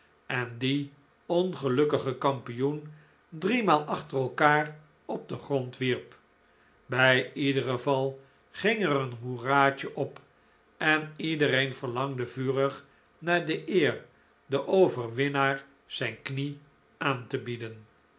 en dien ongelukkigen kampioen driemaal achter elkaar op den grond wierp bij iederen val ging er een hoeratje op en iedereen verlangde vurig naar de eer den overwinnaar zijn knie aan te bieden